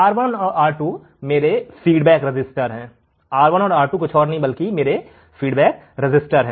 R1 और R2 मेरे feedback resistors हैं R1 और R 2 कुछ और नहीं बल्कि फीडबैक रेसिस्टर्स हैं